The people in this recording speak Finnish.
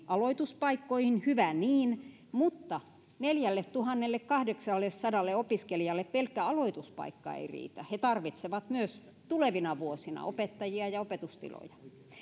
aloituspaikkoihin hyvä niin mutta neljälletuhannellekahdeksallesadalle opiskelijalle pelkkä aloituspaikka ei riitä he tarvitsevat myös tulevina vuosina opettajia ja opetustiloja